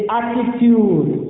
attitude